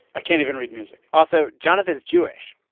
i can't even read music also, jonathan's jewish.